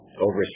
over